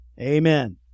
Amen